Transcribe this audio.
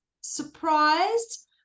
surprised